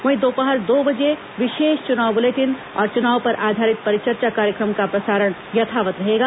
वहीं दोपहर दो बजे विशेष चुनाव बुलेटिन और चुनाव पर आधारित परिचर्चा कार्यक्रम का प्रसारण यथावत रहेगा